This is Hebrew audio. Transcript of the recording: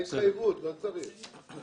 הייתה התחייבות, לא צריך.